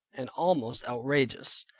and almost outrageous.